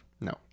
No